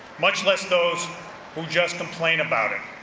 much less those who just complain about it.